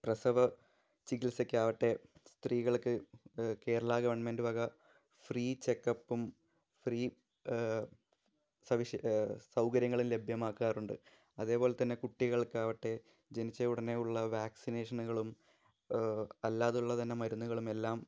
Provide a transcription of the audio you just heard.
പ്രസവ ചികിത്സയ്ക്കാവട്ടെ സ്ത്രീകള്ക്ക് കേരളാ ഗവണ്മെന്റ് വക ഫ്രീ ചെക്കപ്പും ഫ്രീ സൗകര്യങ്ങളും ലഭ്യമാക്കാറുണ്ട് അതേപോലെത്തന്നെ കുട്ടികള്ക്കാവട്ടെ ജനിച്ചയുടനെ ഉള്ള വാക്സിനേഷനുകളും അല്ലാതുള്ളതന്നെ മരുന്നുകളുമെല്ലാം